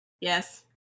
yes